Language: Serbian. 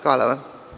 Hvala.